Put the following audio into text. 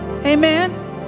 Amen